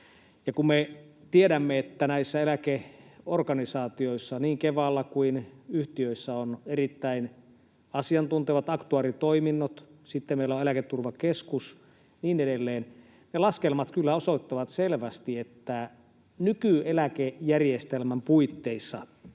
kun me tiedämme, että näissä eläkeorganisaatioissa, niin Kevalla kuin yhtiöissä, on erittäin asiantuntevat aktuaaritoiminnot, sitten meillä on Eläketurvakeskus ja niin edelleen, ne laskelmat kyllä osoittavat selvästi, että nykyeläkejärjestelmän puitteissa